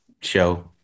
show